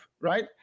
right